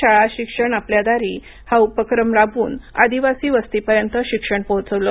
शाळा शिक्षण आपल्या दारी हा उपक्रम राबवून आदिवासी वस्ती पर्यंत शिक्षण पोहचविलं